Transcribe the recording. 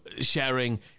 sharing